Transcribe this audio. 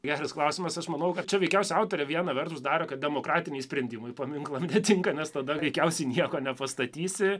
geras klausimas aš manau kad čia veikiausiai autorė viena vertus daro kad demokratiniai sprendimai paminklam netinka nes tada veikiausiai nieko nepastatysi